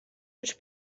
ens